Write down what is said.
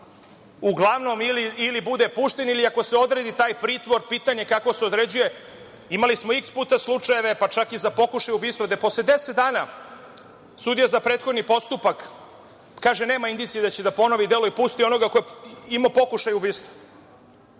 uglavnom bude pušten ili, ako se odredi taj pritvor, pitanje je kako se određuje. Imali smo iks puta slučajeve, pa čak i za pokušaje ubistva, gde posle 10 dana sudija za prethodni postupak kaže – nema indicija da će da ponovi delo i pusti onoga ko je imao pokušaj ubistva.